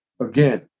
again